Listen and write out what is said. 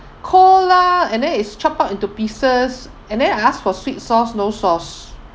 cold lah and then is chopped up into pieces and then I asked for sweet sauce no sauce